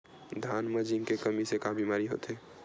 धान म जिंक के कमी से का बीमारी होथे?